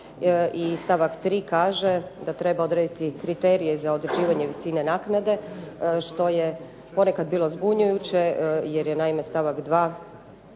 i stavak 3. kaže da treba odrediti kriterije za određivanje visine naknade što je ponekad bilo zbunjujuće jer je naime stavak 2.